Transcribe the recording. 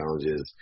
challenges